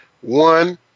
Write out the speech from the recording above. one